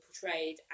portrayed